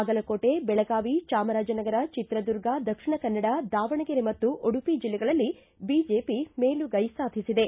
ಬಾಗಲಕೋಟೆ ಬೆಳಗಾವಿ ಚಾಮರಾಜನಗರ ಚಿತ್ರದುರ್ಗ ದಕ್ಷಿಣ ಕನ್ನಡ ದಾವಣಗೆರೆ ಮತ್ತು ಉಡುಪಿ ಜಿಲ್ಲೆಗಳಲ್ಲಿ ಬಿಜೆಪಿ ಮೇಲುಗೈ ಸಾಧಿಸಿದೆ